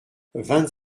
vingt